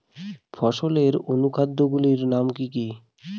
ফসলের অনুখাদ্য গুলির নাম কি?